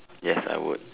yes I would